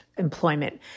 employment